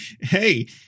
Hey